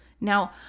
Now